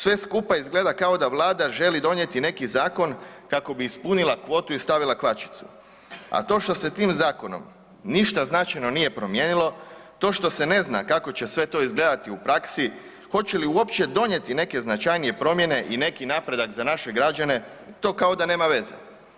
Sve skupa izgleda kao da vlada želi donijeti neki zakon kako bi ispunila kvotu i stavila kvačicu, a to što se tim zakonom ništa značajno nije promijenilo, to što se ne zna kako će sve to izgledati u praksi, hoće li uopće donijeti neke značajnije promijene i neki napredak za naše građane, to kao da nema veze.